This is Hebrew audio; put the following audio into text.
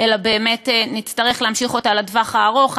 אלא באמת נצטרך להמשיך אותה לטווח הארוך.